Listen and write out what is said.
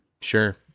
Sure